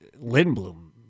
Lindblom